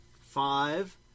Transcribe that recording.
Five